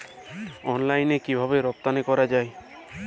অনলাইনে কিভাবে রপ্তানি করা যায়?